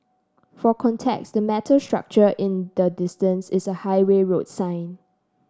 for context the metal structure in the distance is a highway road sign